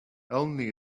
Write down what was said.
only